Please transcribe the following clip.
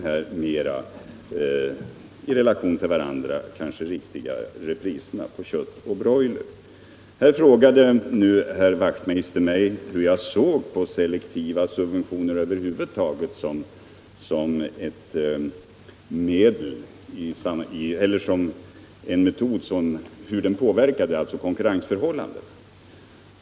Herr Wachtmeister frågade mig vad jag allmänt anser om selektiva subventioners verkan på konkurrensförhållandena.